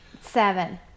seven